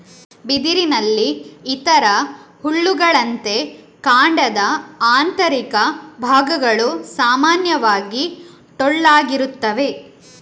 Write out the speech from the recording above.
ಬಿದಿರಿನಲ್ಲಿ ಇತರ ಹುಲ್ಲುಗಳಂತೆ, ಕಾಂಡದ ಆಂತರಿಕ ಭಾಗಗಳು ಸಾಮಾನ್ಯವಾಗಿ ಟೊಳ್ಳಾಗಿರುತ್ತವೆ